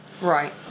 Right